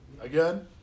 Again